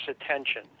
attention